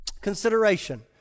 consideration